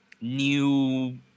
new